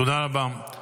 תודה רבה.